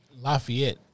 Lafayette